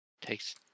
takes